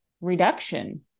reduction